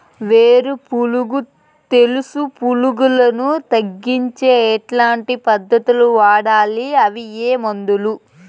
వేరు పులుగు తెలుసు పులుగులను తగ్గించేకి ఎట్లాంటి పద్ధతులు వాడాలి? అవి ఏ మందులు?